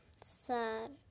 Sad